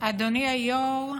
אדוני היו"ר,